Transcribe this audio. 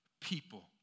people